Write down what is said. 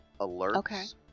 alerts